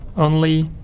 only